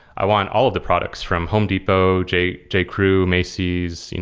i want all of the products from home depot, j j crew, macy's, you know